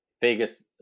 Vegas